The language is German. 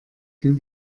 den